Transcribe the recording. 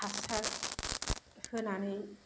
हासार होनानै